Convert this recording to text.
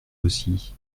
aussi